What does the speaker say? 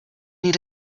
need